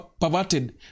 perverted